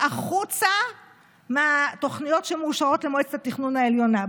החוצה מהתוכניות שמאושרות למועצת התכנון העליונה,